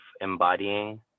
embodying